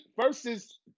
versus